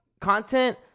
content